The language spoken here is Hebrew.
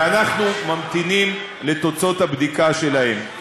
ואנחנו ממתינים לתוצאות הבדיקה שלהם.